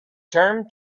term